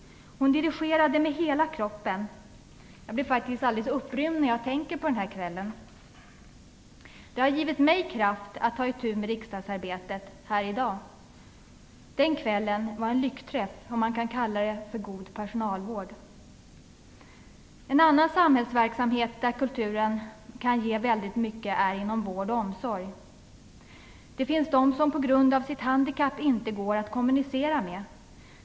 Hon dirigerade med hela kroppen. Jag blir upprymd när jag tänker på den här kvällen. Den har givit mig kraft att ta itu med riksdagsarbetet här i dag. Den kvällen var en lyckträff, och man kan kalla den för god personalvård. En annan samhällsverksamhet där kulturen kan ge väldigt mycket är inom vård och omsorg. Det finns de som på grund av sitt handikapp inte går att kommunicera med.